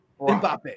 Mbappe